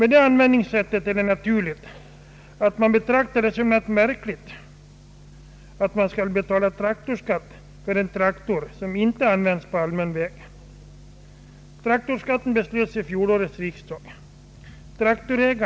Det är därför naturligt att man betraktar det som märkligt att behöva betala skatt för en traktor som inte används på allmän väg. erlägga skatt under februari månad i år frågar sig naturligtvis om detta kan vara rimligt och riktigt.